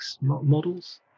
models